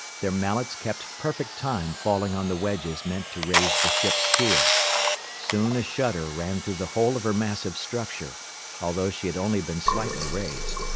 their mallets kept perfect time falling on the wedges meant to raise the ship's keel soon a shudder ran through the whole of her massive structure although she had only been slightly raised,